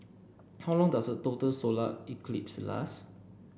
how long does a total solar eclipse last